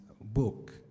book